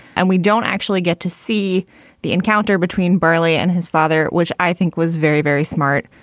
and we don't actually get to see the encounter between bali and his father, which i think was very, very smart.